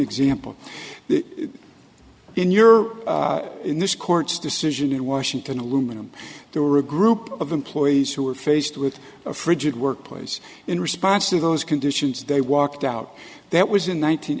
example in your in this court's decision in washington aluminum there were a group of employees who were faced with a frigid workplace in response to those conditions they walked out that was in